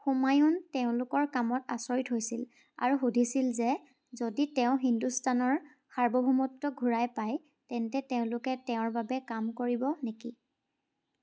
হুমায়ুন তেওঁলোকৰ কামত আচৰিত হৈছিল আৰু সুধিছিল যে যদি তেওঁ হিন্দুস্তানৰ সাৰ্বভৌমত্ব ঘূৰাই পায় তেন্তে তেওঁলোকে তেওঁৰ বাবে কাম কৰিব নেকি